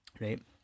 right